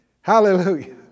Hallelujah